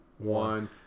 one